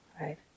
right